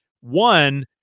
One